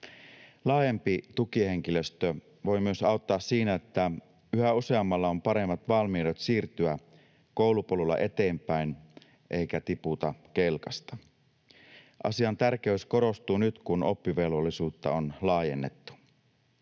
Laajempi tukihenkilöstö voi myös auttaa siinä, että yhä useammalla on paremmat valmiudet siirtyä koulupolulla eteenpäin niin, ettei tiputa kelkasta. Asian tärkeys korostuu nyt, kun oppivelvollisuutta on laajennettu.